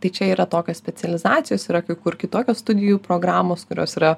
tai čia yra tokios specializacijos yra kai kur kitokios studijų programos kurios yra